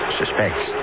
suspects